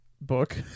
Book